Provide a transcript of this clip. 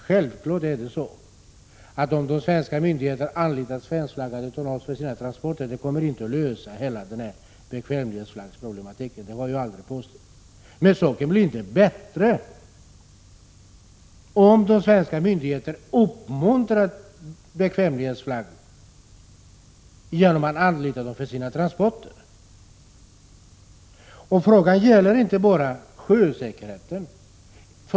Jag har aldrig påstått att enbart det förhållandet att svenska myndigheter anlitade svenskflaggat tonnage skulle lösa hela problematiken med bekvämlighetsflagg, men saken blir inte bättre om de svenska myndigheterna uppmuntrar fartyg med bekvämlighetsflagg genom att anlita dem för sina transporter. Det är inte bara fråga om sjösäkerheten.